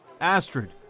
Astrid